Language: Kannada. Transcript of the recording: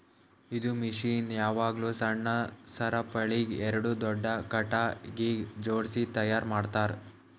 ಇದು ಮಷೀನ್ ಯಾವಾಗ್ಲೂ ಸಣ್ಣ ಸರಪುಳಿಗ್ ಎರಡು ದೊಡ್ಡ ಖಟಗಿಗ್ ಜೋಡ್ಸಿ ತೈಯಾರ್ ಮಾಡ್ತರ್